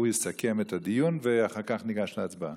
הוא יסכם את הדיון ואחר כך ניגש להצבעה.